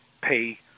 pay